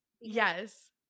Yes